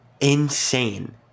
Insane